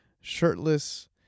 shirtless